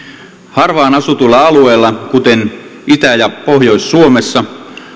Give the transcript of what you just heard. harvaan asutulla alueella kuten itä ja pohjois suomessa